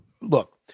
Look